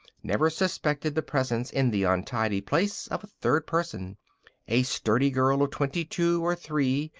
never suspected the presence in the untidy place of a third person a sturdy girl of twenty-two or three,